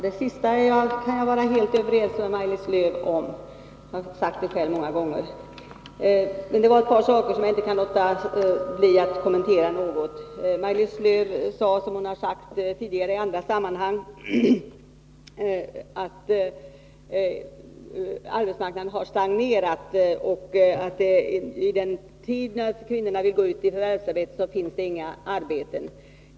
Herr talman! Det sista kan jag vara helt överens med Maj-Lis Lööw om. Jag har sagt det själv många gånger. Men det är ett par saker som jag inte kan låta bli att kommentera något. Maj-Lis Lööw sade — det har hon också gjort tidigare i andra sammanhang — att arbetsmarknaden har stagnerat och att det i en tid då kvinnorna vill gå ut i förvärvsarbetet inte finns några arbeten.